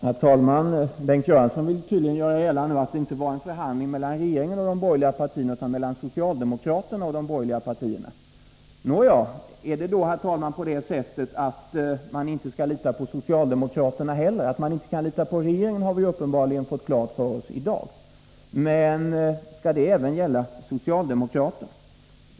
Herr talman! Bengt Göransson vill tydligen göra gällande att det inte var en förhandling mellan regeringen och de borgerliga partierna, utan mellan socialdemokraterna och de borgerliga partierna. Att man inte kan lita på regeringen har vi uppenbarligen fått klart för oss i dag, men skall det även gälla socialdemokraterna?